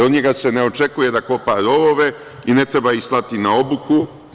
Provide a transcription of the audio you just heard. Od njega se ne očekuje da kopa rovove i ne treba ih slati na obuku.